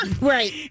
Right